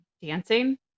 dancing